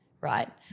right